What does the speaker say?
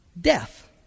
death